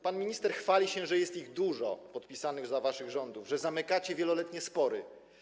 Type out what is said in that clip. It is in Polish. Pan minister chwali się, że dużo umów zostało podpisanych za waszych rządów, że zamykacie wieloletnie spory.